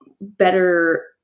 better